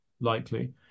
likely